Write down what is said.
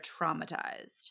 traumatized